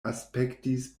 aspektis